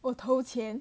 我偷钱